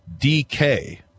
DK